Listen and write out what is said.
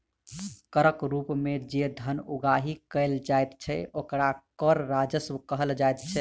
करक रूप मे जे धन उगाही कयल जाइत छै, ओकरा कर राजस्व कहल जाइत छै